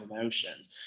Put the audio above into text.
emotions